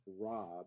Rob